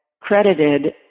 credited